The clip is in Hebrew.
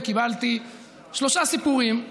וקיבלתי שלושה סיפורים.